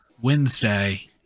Wednesday